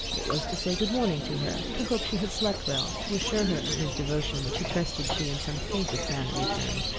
it was to say good morning to her, to hope she had slept well, to assure her of his devotion, which he trusted she in some faintest manner returned.